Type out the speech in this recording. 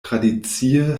tradicie